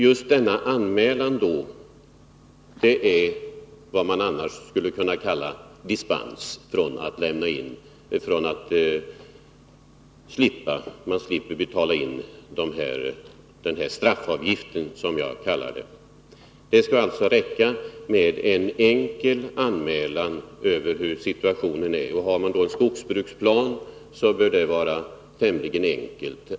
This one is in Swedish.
Just denna anmälan är då vad man annars brukar kalla dispens från att betala in vad jag i det här fallet vill kalla straffavgift. Det skulle alltså räcka med en enkel anmälan om situationen. Har man en skogsbruksplan torde det också vara tämligen enkelt.